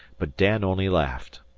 but dan only laughed.